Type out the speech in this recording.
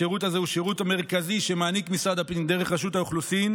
השירות הזה הוא שירות מרכזי שמעניק משרד הפנים דרך רשות האוכלוסין,